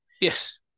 Yes